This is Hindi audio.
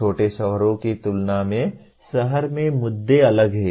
छोटे शहरों की तुलना में शहर में मुद्दे अलग हैं